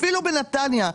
אפילו בנתניה,